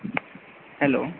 hello